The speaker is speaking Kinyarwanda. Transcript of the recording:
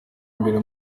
imbere